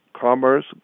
commerce